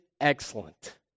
excellent